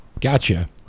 Gotcha